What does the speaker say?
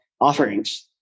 offerings